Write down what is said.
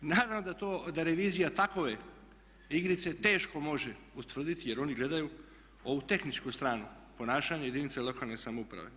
Naravno da to, da revizija takove igrice teško može utvrditi jer oni gledaju ovu tehničku stranu ponašanja jedinice lokalne samouprave.